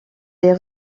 les